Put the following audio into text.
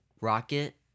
rocket